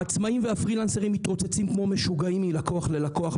העצמאים והפרילנסרים מתרוצצים כמו משוגעים מלקוח ללקוח,